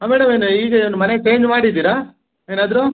ಹಾಂ ಮೇಡಮ್ ಏನು ಈಗ ಏನು ಮನೆ ಚೇಂಜ್ ಮಾಡಿದ್ದೀರಾ ಏನಾದ್ರೂ